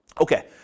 Okay